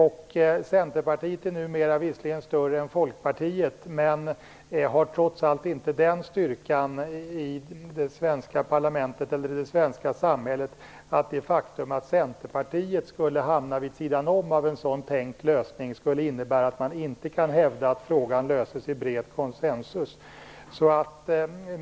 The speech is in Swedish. Centerpartiet är visserligen numera större än Folkpartiet, men man har trots allt inte den styrkan i det svenska samhället att det faktum att Centerpartiet skulle hamna vid sidan om av en sådan tänkt lösning skulle innebära att man kan hävda att frågan inte löses i bred konsensus.